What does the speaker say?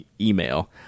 email